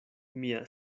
mia